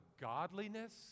godliness